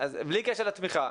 בלי קשר לתמיכה.